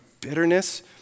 bitterness